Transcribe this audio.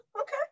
okay